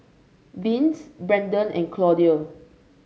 Vince Brenden and Claudia